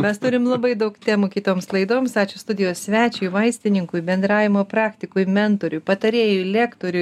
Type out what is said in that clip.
mes turim labai daug temų kitoms laidoms ačiū studijos svečiui vaistininkui bendravimo praktikui mentoriui patarėjui lektoriui